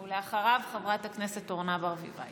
ואחריו, חברת הכנסת אורנה ברביבאי.